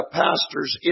pastors